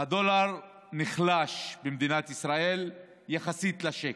הדולר נחלש במדינת ישראל יחסית לשקל.